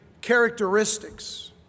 characteristics